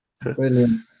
Brilliant